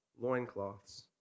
Loincloths